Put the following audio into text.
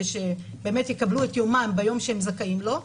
שבאמת יקבלו את יומם ביום שהם זכאים לו.